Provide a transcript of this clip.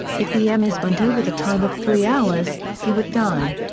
if the emmys went over the time of three hours, he would die.